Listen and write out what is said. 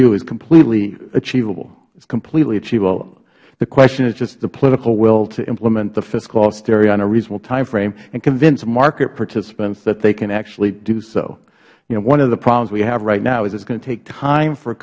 do is completely achievable it is completely achievable the question is just the political will to implement the fiscal austerity on a reasonable timeframe and convince market participants that they can actually do so you know one of the problems we have right now is that it is going to take time for